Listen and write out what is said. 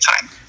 time